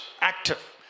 active